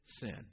sin